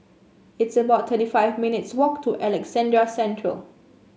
it's about thirty five minutes' walk to Alexandra Central